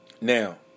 now